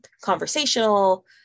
conversational